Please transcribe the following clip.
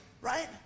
right